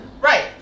Right